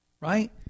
right